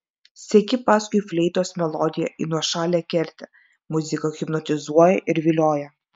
seki paskui fleitos melodiją į nuošalią kertę muzika hipnotizuoja ir vilioja